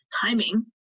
timing